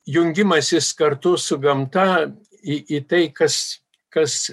jungimasis kartu su gamta į į tai kas kas